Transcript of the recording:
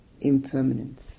impermanence